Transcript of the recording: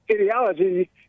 ideology